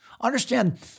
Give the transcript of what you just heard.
Understand